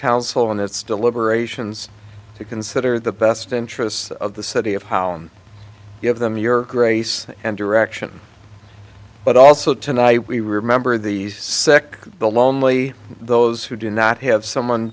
and its deliberations to consider the best interests of the city of how and give them your grace and direction but also tonight we remember the sick the lonely those who do not have someone